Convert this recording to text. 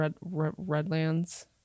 Redlands